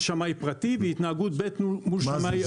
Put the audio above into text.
שמאי פרטי והתנהגות ב' מול שמאי החברה.